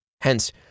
Hence